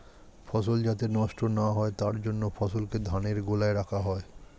ফসল যাতে নষ্ট না হয় তার জন্য ফসলকে ধানের গোলায় রাখা হয়